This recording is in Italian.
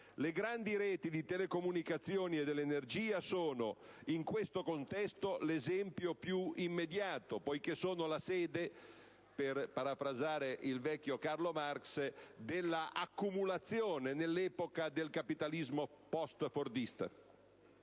Le grandi reti di telecomunicazioni e dell'energia sono in questo contesto l'esempio più immediato, poiché sono la sede, per parafrasare il vecchio Carlo Marx, dell'accumulazione nell'epoca del capitalismo postfordista.